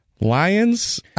Lions